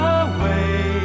away